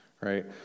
right